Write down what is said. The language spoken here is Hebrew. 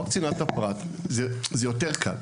זה יותר קל.